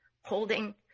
holding